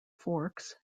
forks